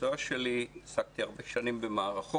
המקצוע שלי, עסקתי הרבה שנים במערכות